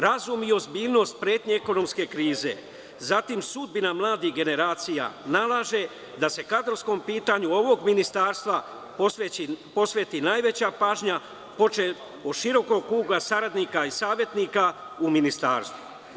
Razum i ozbiljnost pretnje ekonomske krize, zatim, sudbina mladih generacija nalaže da se kadrovskom pitanju ovog ministarstva posveti najveća pažnja, počev od širokog kruga saradnika i savetnika u ministarstvu.